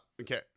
okay